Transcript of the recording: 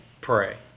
pray